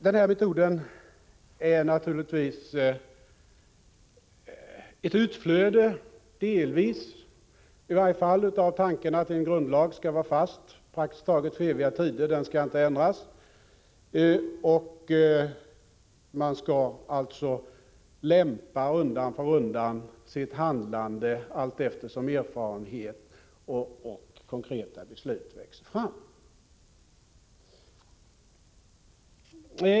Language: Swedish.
Den här metoden är naturligtvis ett utflöde, delvis i varje fall, av tanken att en grundlag skall vara fast för praktiskt taget eviga tider — den skall inte ändras. Man skall alltså undan för undan lämpa sitt handlande allteftersom erfarenhet och konkreta beslut växer fram.